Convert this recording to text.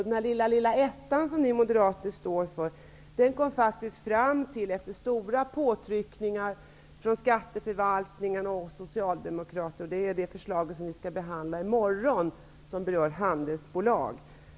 Den lilla ettan som ni moderater står för, kom faktiskt fram efter stora påtryckningar från skatteförvaltning och Socialdemokraterna, och det är förslaget vi skall behandla i morgon, som berör handelsbolag.